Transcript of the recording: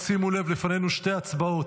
שימו לב, לפנינו שתי הצבעות.